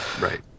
Right